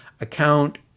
account